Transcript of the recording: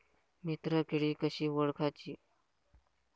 मित्र किडी कशी ओळखाची?